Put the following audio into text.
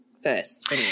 First